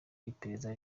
iperereza